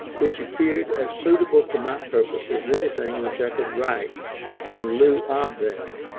which appeared as suitable to my purpose as anything which i could write in lieu of them.